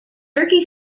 turkey